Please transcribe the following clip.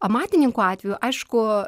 amatininkų atveju aišku